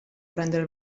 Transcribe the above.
prendere